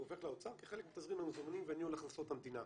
הוא עובר לאוצר כחלק מתזרים המזומנים וניהול הכנסות המדינה,